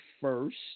first